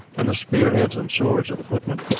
and the spear-heads and swords of the footmen.